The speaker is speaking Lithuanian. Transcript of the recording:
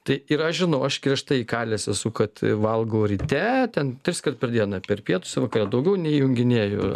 tai ir aš žinau aš griežtai įkalęs esu kad valgau ryte ten triskart per dieną per pietus ir vakare daugiau nejunginėju